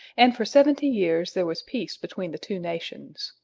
and for seventy years there was peace between the two nations.